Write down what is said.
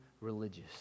religious